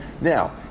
Now